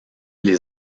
les